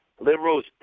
liberals